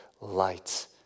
light